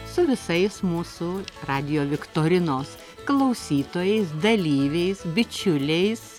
su visais mūsų radijo viktorinos klausytojais dalyviais bičiuliais